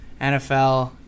NFL